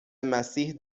مسیح